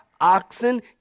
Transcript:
oxen